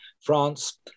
France